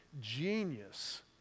genius